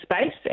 space